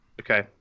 Okay